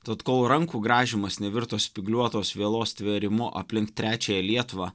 tad kol rankų grąžymas nevirto spygliuotos vielos tvėrimu aplink trečiąją lietuvą